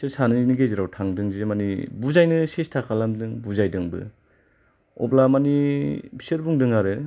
बिसोर सानैनि गेजेराव थांदों मानि बुजायनो सेस्था खालामदों बुजायदों अब्ला मानि बिसोर बुंदों आरो